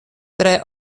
tre